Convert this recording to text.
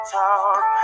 talk